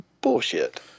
Bullshit